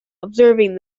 observing